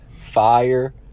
fire